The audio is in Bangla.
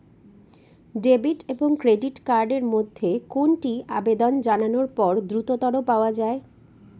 ডেবিট এবং ক্রেডিট কার্ড এর মধ্যে কোনটি আবেদন জানানোর পর দ্রুততর পাওয়া য়ায়?